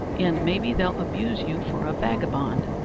and maybe they'll abuse you for a vagabond,